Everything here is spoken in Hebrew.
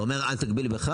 אתה אומר לו 30,